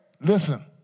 listen